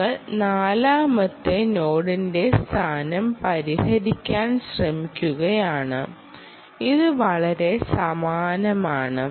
നിങ്ങൾ നാലാമത്തെ നോഡിന്റെ സ്ഥാനം പരിഹരിക്കാൻ ശ്രമിക്കുകയാണ് ഇത് വളരെ സമാനമാണ്